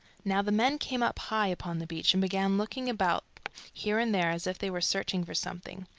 now the men came up high upon the beach, and began looking about here and there as if they were searching for something.